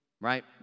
right